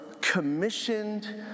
commissioned